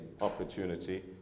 opportunity